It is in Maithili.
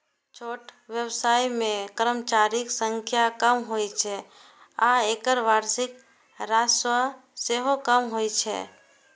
छोट व्यवसाय मे कर्मचारीक संख्या कम होइ छै आ एकर वार्षिक राजस्व सेहो कम होइ छै